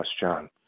John